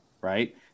right